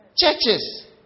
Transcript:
Churches